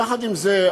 יחד עם זה,